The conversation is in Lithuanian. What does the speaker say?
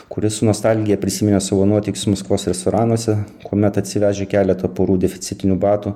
kuri su nostalgija prisiminė savo nuotykius maskvos restoranuose kuomet atsivežę keletą porų deficitinių batų